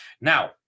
now